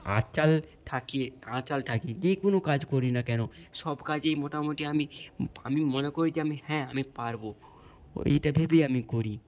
থাকি থাকি যে কোনো কাজ করি না কেনো সব কাজেই মোটামোটি আমি আমি মনে করি যে আমি হ্যাঁ আমি পারবো এইটা ভেবেই আমি করি